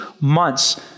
months